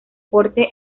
porte